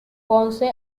ponce